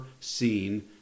seen